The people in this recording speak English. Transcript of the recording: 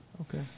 Okay